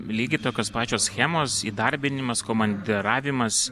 lygiai tokios pačios schemos įdarbinimas komandiravimas